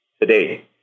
today